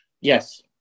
Yes